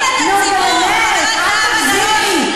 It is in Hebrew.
בציבור, נו באמת, אל תגזימי.